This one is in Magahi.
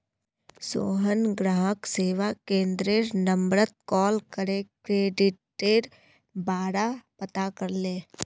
सोहन ग्राहक सेवा केंद्ररेर नंबरत कॉल करे क्रेडिटेर बारा पता करले